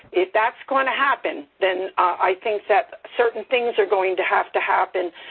if that's going to happen, then i think that certain things are going to have to happen,